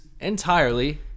entirely